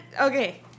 Okay